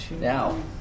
Now